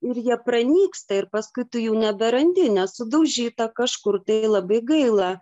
ir jie pranyksta ir paskui tu jų neberandi nes sudaužyta kažkur tai labai gaila